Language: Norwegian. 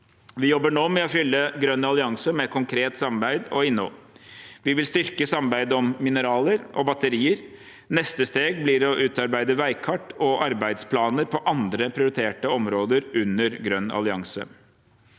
Vi jobber nå med å fylle Grønn allianse med konkret samarbeid og innhold. Vi vil styrke samarbeidet om mineraler og batterier. Neste steg blir å utarbeide veikart og arbeidsplaner på andre prioriterte områder under Grønn allianse.